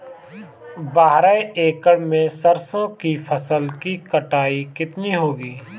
बारह एकड़ में सरसों की फसल की कटाई कितनी होगी?